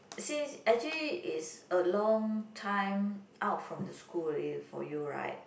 since actually is a long time out from the school already for you right